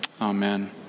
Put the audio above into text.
amen